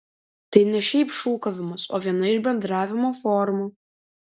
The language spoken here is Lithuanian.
tai ne šiaip šūkavimas o viena iš bendravimo formų